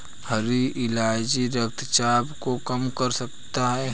हरी इलायची रक्तचाप को कम कर सकता है